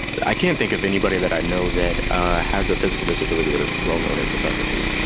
i can't think of anybody that i know that has a physical disability that is well-known in photography.